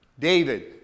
David